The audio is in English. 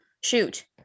shoot